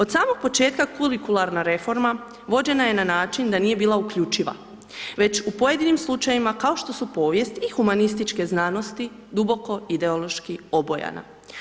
Od samog početka, kurikularna reforma vođena je na način da nije bila uključiva već u pojedinim slučajevima kao što su povijest i humanističke znanosti, duboko ideološki obojana.